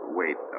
wait